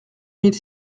mille